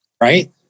Right